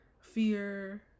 Fear